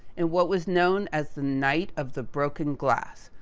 and, what was known as the night of the broken glass,